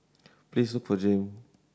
please look for Jayme